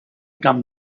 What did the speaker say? camp